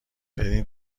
بدین